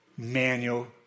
Manual